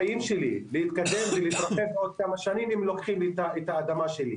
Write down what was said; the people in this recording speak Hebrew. שלי להתקדם ולהתרחב בעוד כמה שנים אם לוקחים לי את האדמה שלי?